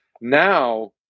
now